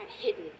hidden